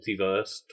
multiverse